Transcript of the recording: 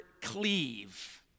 cleave